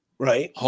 Right